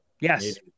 Yes